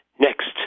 next